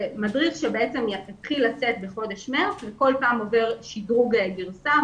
זה מדריך שהתחיל לצאת בחודש מארס וכל פעם הוא עובר שדרוג גרסה,